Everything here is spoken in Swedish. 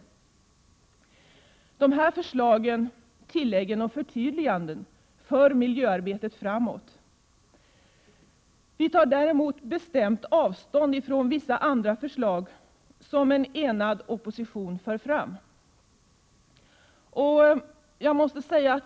Dessa förslag, tillägg och förtydliganden för miljöarbetet framåt. Vi tar däremot bestämt avstånd från vissa förslag som en enad opposition för fram.